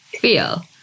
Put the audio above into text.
feel